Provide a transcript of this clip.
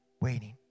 waiting